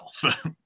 health